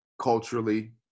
culturally